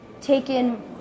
taken